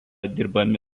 dirbami